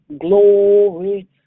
glory